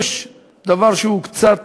יש דבר שהוא קצת,